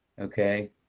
okay